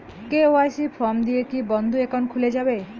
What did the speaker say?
KYC form দিয়ে কি বন্ধ একাউন্ট খুলে যাবে?